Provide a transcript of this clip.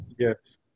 Yes